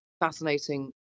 fascinating